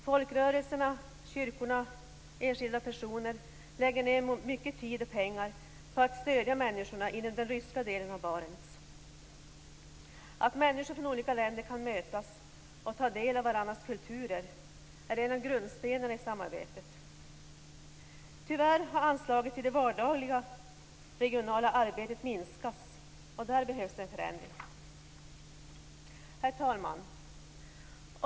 Folkrörelserna, kyrkorna och enskilda personer lägger ned mycket tid och pengar för att stödja människorna inom den ryska delen av Barentsregionen. Att människor från olika länder kan mötas och ta del av varandras kulturer är en av grundstenarna i samarbetet. Tyvärr har anslaget till det vardagliga regionala arbetet minskats, och där behövs det en förändring. Herr talman!